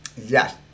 yes